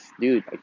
dude